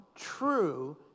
True